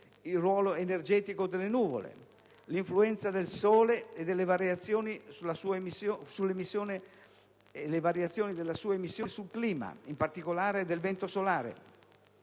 il ruolo energetico delle nuvole, l'influenza del Sole e delle variazioni della sua emissione sul clima, in particolare del vento solare.